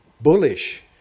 bullish